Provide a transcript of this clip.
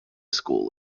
school